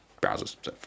browsers